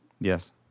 Yes